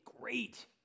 Great